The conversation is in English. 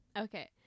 Okay